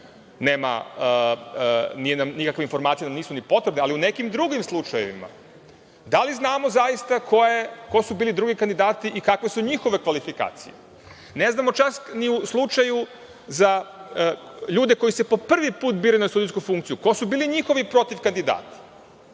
očigledno nikakve informacije nam nisu ni potrebne, ali u nekim drugim slučajevima, da li znamo zaista ko su bili drugi kandidati i kakve su njihove kvalifikacije. Ne znamo čak ni u slučaju za ljude koji se po prvi put biraju na sudijsku funkciju ko su bili njihovi protivkandidati.